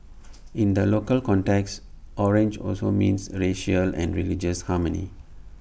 in the local context orange also means racial and religious harmony